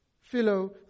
philo